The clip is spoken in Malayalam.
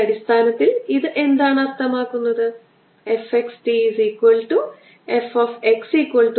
ഒരുപക്ഷേ നിങ്ങളുടെ പന്ത്രണ്ടാം ക്ലാസ്സിൽ നിന്നുള്ള ഈ ഫലം നിങ്ങൾക്കറിയാം നമുക്ക് അത് ചെയ്യാം